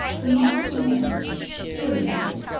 the marchioness hearing of it,